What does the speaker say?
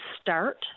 start